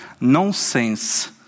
nonsense